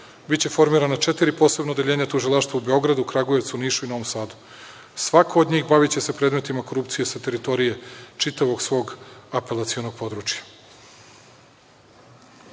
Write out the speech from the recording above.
Biće formirana četiri posebna odeljenja Tužilaštva u Beogradu, Kragujevcu, Nišu i Novom Sadu. Svako od njih baviće se predmetima korupcije sa teritorije čitavog svog apelacionog područja. Do